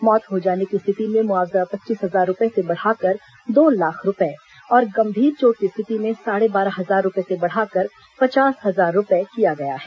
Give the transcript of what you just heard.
मौत हो जाने की स्थिति में मुआवजा पच्चीस हजार रुपये से बढ़ाकर दो लाख रुपये और गंभीर चोट की स्थिति में साढ़े बारह हजार रुपये से बढ़ाकर पचास हजार रुपये किया गया है